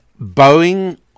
Boeing